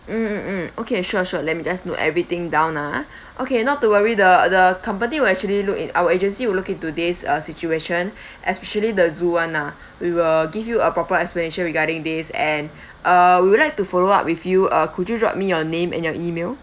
mm mm mm okay sure sure let me just note everything down ah okay not to worry the the company will actually look in~ our agency will look into this uh situation especially the zoo [one] ah we will give you a proper explanation regarding this and uh we would like to follow up with you uh could you drop me your name and your email